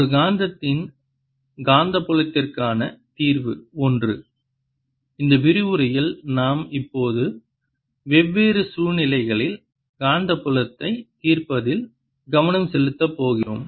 ஒரு காந்தத்தின் காந்தப்புலத்திற்கான தீர்வு I இந்த விரிவுரையில் நாம் இப்போது வெவ்வேறு சூழ்நிலைகளில் காந்தப்புலத்தைத் தீர்ப்பதில் கவனம் செலுத்தப் போகிறோம்